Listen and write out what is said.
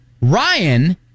Ryan